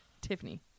Tiffany